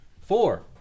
Four